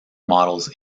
models